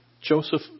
Joseph